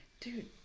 Dude